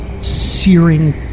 searing